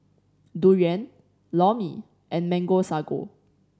durian Lor Mee and Mango Sago